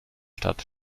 stadt